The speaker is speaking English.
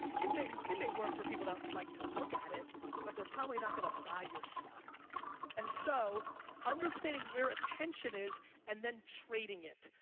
you may, um it may work for people that like to look at it but they're probably not gonna buy your stuff and so understanding where attention is and then trading it.